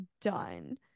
done